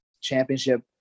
championship